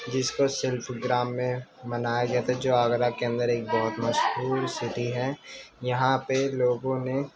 جس کو صرف گرام میں منایا گیا تھا جو آگرہ کے اندر ایک بہت مشہور سٹی ہے یہاں پہ لوگوں نے